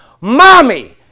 mommy